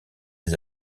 des